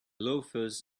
loafers